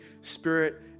Spirit